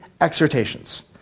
exhortations